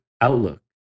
outlook